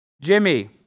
Jimmy